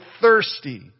thirsty